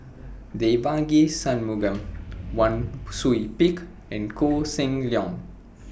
Devagi Sanmugam Wang Sui Pick and Koh Seng Leong